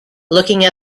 looking